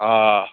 آ